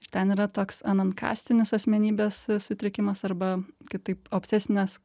ir ten yra toks anankastinis asmenybės sutrikimas arba kitaip obsesinės